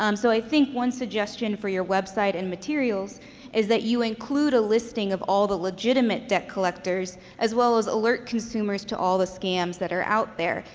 um so i think one suggestion for your website and materials is that you include a listing of all the legitimate debt collectors as well as alert consumers to all the scams that are out there.